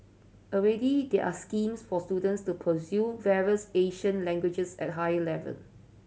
already there are schemes for students to pursue various Asian languages at a higher level